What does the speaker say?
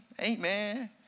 amen